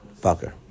fucker